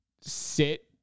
sit